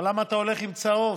אבל למה אתה הולך עם צהוב?